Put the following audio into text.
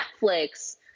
Netflix